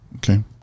Okay